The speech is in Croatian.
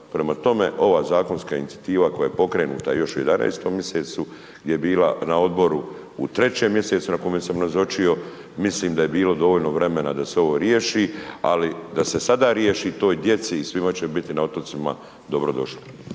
Prema tome, ova zakonska inicijativa koja je pokrenuta još u 11. mj. je bila na odboru u 3. mj. na kojem sam nazočio, mislim da je bilo dovoljno vremena da se ovo riješi ali da se sada riješi toj djeci, svima će biti na otocima dobrodošlo.